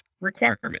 requirement